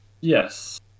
Yes